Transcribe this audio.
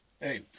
Hey